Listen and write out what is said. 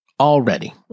Already